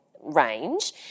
range